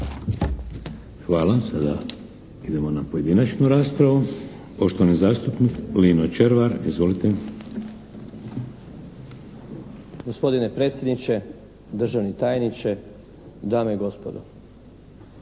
Hvala. Sada idemo na pojedinačnu raspravu. Poštovani zastupnik Lino Červar. Izvolite. **Červar, Lino (HDZ)** Gospodine predsjedniče, državni tajniče, dame i gospodo.